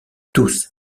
tous